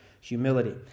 humility